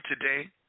today